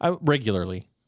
Regularly